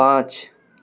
पाँच